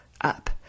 up